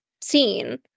seen